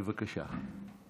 בבקשה.